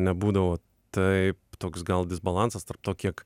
nebūdavo taip toks gal disbalansas tarp to kiek